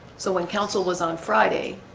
so when counsel was on friday